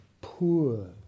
poor